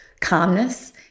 calmness